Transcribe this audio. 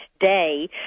today